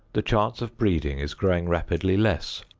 the chance of breeding is growing rapidly less.